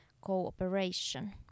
cooperation